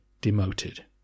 demoted